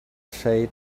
shade